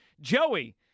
Joey